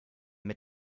mit